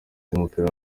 w’umupira